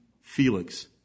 Felix